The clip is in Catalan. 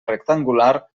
rectangular